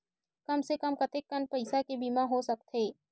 कम से कम कतेकन पईसा के बीमा हो सकथे?